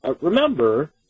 remember –